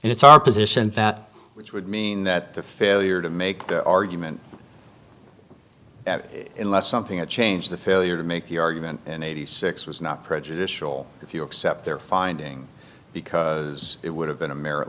it's our position that which would mean that the failure to make the argument unless something a change the failure to make your argument in eighty six was not prejudicial if you accept their finding because it would have been a merit